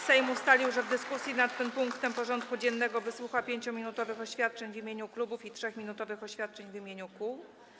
Sejm ustalił, że w dyskusji nad tym punktem porządku dziennego wysłucha 5-minutowych oświadczeń w imieniu klubów i 3-minutowych oświadczeń w imieniu kół.